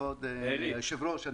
כבוד היושב ראש,